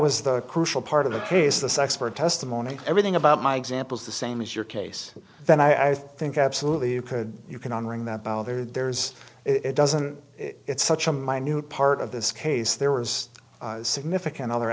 was the crucial part of the case this expert testimony everything about my examples the same as your case then i think absolutely you could you can on ring that bell there's it doesn't it's such a minute part of this case there was significant other